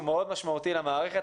הוא מאוד משמעותי למערכת.